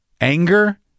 anger